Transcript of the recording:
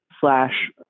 slash